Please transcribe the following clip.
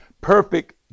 perfect